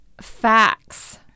facts